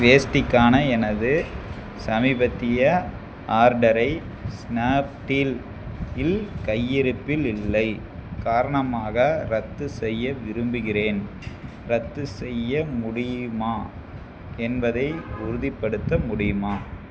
வேஷ்டிக்கான எனது சமீபத்திய ஆர்டரை ஸ்னாப்டீலில் கையிருப்பில் இல்லை காரணமாக ரத்து செய்ய விரும்புகின்றேன் ரத்து செய்ய முடியுமா என்பதை உறுதிப்படுத்த முடியுமா